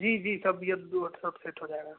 जी जी सब भैया दो सब सेट हो जाएगा